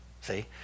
See